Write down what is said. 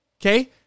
Okay